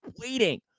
waiting